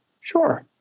Sure